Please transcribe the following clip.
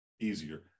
easier